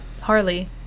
Harley